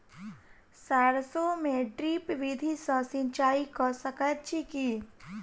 सैरसो मे ड्रिप विधि सँ सिंचाई कऽ सकैत छी की?